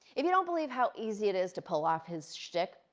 if you don't believe how easy it is to pull off his shtick,